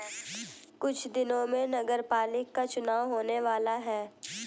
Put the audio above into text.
कुछ दिनों में नगरपालिका का चुनाव होने वाला है